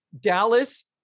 Dallas